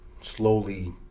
slowly